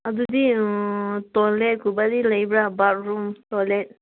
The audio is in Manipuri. ꯑꯗꯨꯗꯤ ꯇꯣꯏꯂꯦꯠꯀꯨꯝꯕꯗꯤ ꯂꯩꯕ꯭ꯔ ꯕꯥꯠꯔꯨꯝ ꯇꯣꯏꯂꯦꯠ